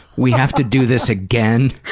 we have to do this again?